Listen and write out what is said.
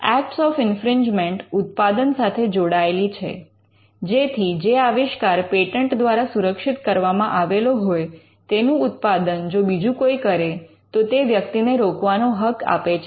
acts of infringement ઉત્પાદન સાથે જોડાયેલી છે જેથી જે આવિષ્કાર પેટન્ટ દ્વારા સુરક્ષિત કરવામાં આવેલો હોય તેનું ઉત્પાદન જો બીજું કોઈ કરે તો તે વ્યક્તિને રોકવાનો હક આપે છે